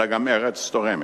אלא גם ארץ תורמת,